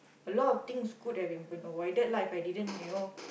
a lot of things could have been been avoided lah If I didn't you know